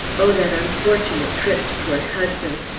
o that unfortunate trip to port hudson!